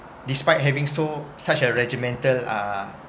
despite having so such a regimental uh